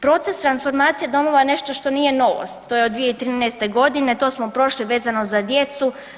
Proces transformacije domova je nešto što nije novost, to je od 2013.g. to smo prošli vezano za djecu.